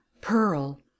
pearl